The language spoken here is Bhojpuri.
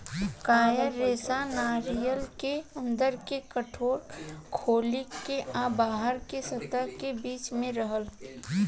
कॉयर रेशा नारियर के अंदर के कठोर खोली आ बाहरी के सतह के बीच में रहेला